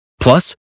Plus